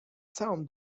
całą